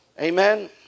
Amen